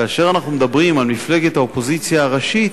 כאשר אנחנו מדברים על מפלגת האופוזיציה הראשית,